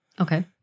Okay